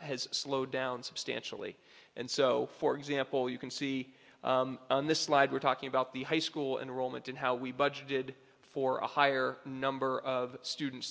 has slowed down substantially and so for example you can see on this slide we're talking about the high school enrollment and how we budgeted for a higher number of students